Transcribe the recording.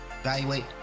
evaluate